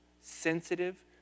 sensitive